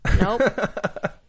nope